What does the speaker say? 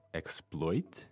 exploit